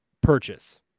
purchase